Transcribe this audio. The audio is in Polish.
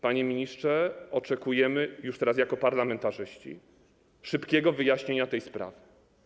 Panie ministrze, oczekujemy, już teraz jako parlamentarzyści, szybkiego wyjaśnienia tej sprawy.